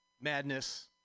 madness